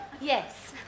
Yes